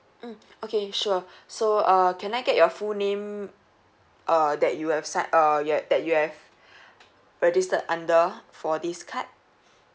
mm okay sure so uh can I get your full name err that you have sign uh that you have you have registered under for this card